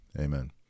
Amen